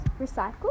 recycle